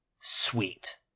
sweet